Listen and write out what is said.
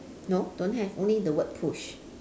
no don't have only the word push